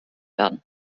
werden